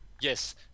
yes